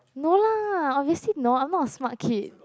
no lah obviously not I'm not a smart kid